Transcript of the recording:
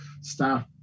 Staff